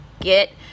get